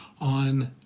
on